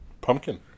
Pumpkin